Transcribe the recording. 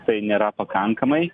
tai nėra pakankamai